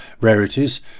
Rarities